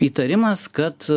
įtarimas kad